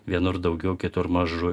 vienur daugiau kitur mažu